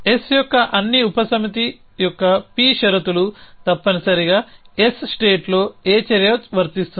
s యొక్క అన్ని ఉపసమితి యొక్క p షరతులు తప్పనిసరిగా sస్టేట్ లో A చర్య వర్తిస్తుంది